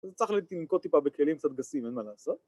אז צריך לנקוט טיפה בכלים קצת גסים, אין מה לעשות.